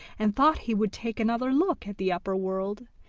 and thought he would take another look at the upper world.